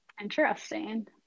interesting